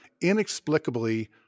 inexplicably